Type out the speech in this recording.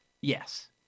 Yes